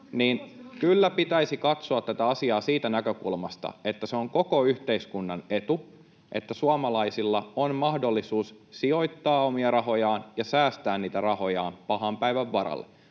Kyllä pitäisi katsoa tätä asiaa siitä näkökulmasta, että se on koko yhteiskunnan etu, että suomalaisilla on mahdollisuus sijoittaa omia rahojaan ja säästää niitä rahojaan pahan päivän varalle.